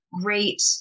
Great